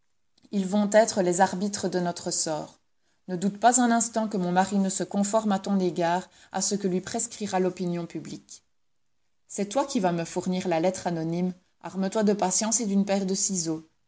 ils vont être les arbitres de notre sort ne doute pas un instant que mon mari ne se conforme à ton égard à ce que lui prescrira l'opinion publique c'est toi qui vas me fournir la lettre anonyme arme toi de patience et d'une paire de ciseaux